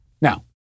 Now